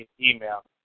email